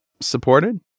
supported